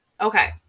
Okay